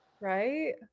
Right